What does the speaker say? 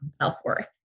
self-worth